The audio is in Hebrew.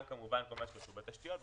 גם כמובן במה שקשור לתשתיות,